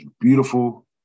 beautiful